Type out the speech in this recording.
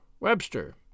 Webster